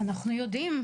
אנחנו יודעים.